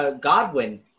Godwin